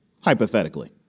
hypothetically